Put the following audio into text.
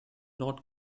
not